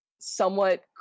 somewhat